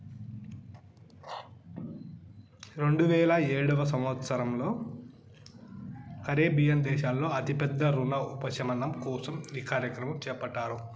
రెండువేల ఏడవ సంవచ్చరంలో కరేబియన్ దేశాల్లో అతి పెద్ద రుణ ఉపశమనం కోసం ఈ కార్యక్రమం చేపట్టారు